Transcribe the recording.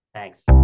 Thanks